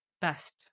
best